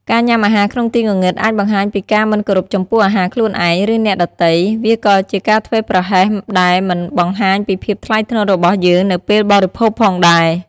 ការញាំអាហារក្នុងទីងងឹត អាចបង្ហាញពីការមិនគោរពចំពោះអាហារខ្លួនឯង ឬអ្នកដទៃ វាក៏ជាការធ្វេសប្រហែសដែលមិនបង្ហាញពីភាពថ្លៃថ្នូររបស់យើងនៅពេលបរិភោគផងដែរ ។